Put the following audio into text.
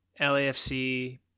LAFC